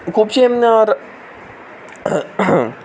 खुबशीं